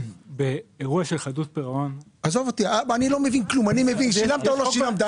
באירוע של חדלות פירעון -- האם שילמת או לא שילמת?